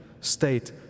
state